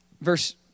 verse